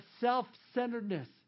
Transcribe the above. self-centeredness